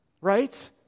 right